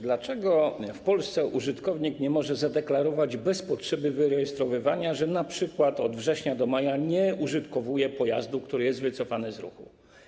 Dlaczego w Polsce użytkownik nie może zadeklarować bez potrzeby wyrejestrowywania, że np. od września do maja nie użytkuje pojazdu, który jest wycofany z ruchu?